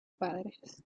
padres